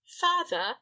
father